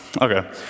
Okay